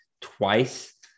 twice